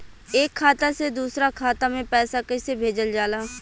एक खाता से दूसरा खाता में पैसा कइसे भेजल जाला?